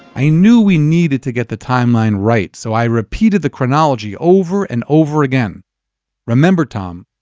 i knew we needed to get the timeline right so i repeated the chronology over and over again remember tom,